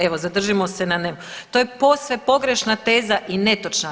Evo zadržimo se na, to je posve pogrešna teza i netočna.